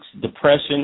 depression